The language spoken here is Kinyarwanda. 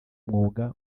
mwuga